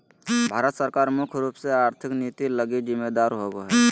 भारत सरकार मुख्य रूप से आर्थिक नीति लगी जिम्मेदर होबो हइ